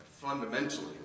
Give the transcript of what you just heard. fundamentally